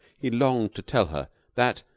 he longed to tell her that,